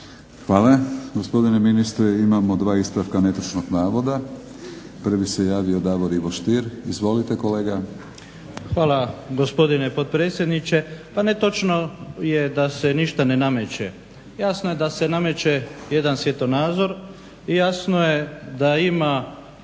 Hvala gospodine ministre. Imamo dva ispravka netočnog navoda. Prvi se javio Davor Ivo Stier. Izvolite kolega. **Stier, Davor Ivo (HDZ)** Hvala gospodine potpredsjedniče. Pa netočno je da se ništa ne nameče. Jasno je da se nameče jedan svjetonazor i jasno je da ima